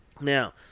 now